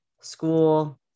school